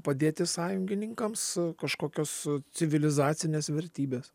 padėti sąjungininkams kažkokios civilizacines vertybes